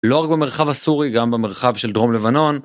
לא רק במרחב הסורי, גם במרחב של דרום לבנון.